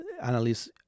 Analysts